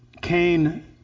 Cain